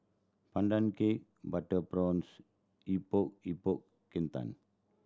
Pandan Cake butter prawns Epok Epok Kentang